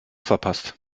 verpasst